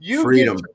Freedom